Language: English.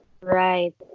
Right